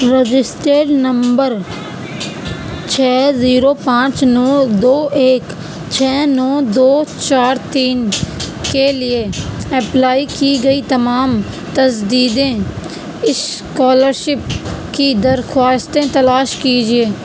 registered number چھ zero پانچ نو دو ایک چھ نو دو چار تین کے لیے اپلائی کی گئی تمام تجدیدیں اشکالرشپ کی درخواستیں تلاش کیجیے